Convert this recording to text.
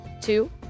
two